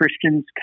Christians